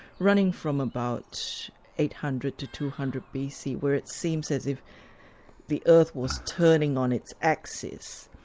running from about eight hundred to two hundred bc, where it seems as if the earth was turning on its axis.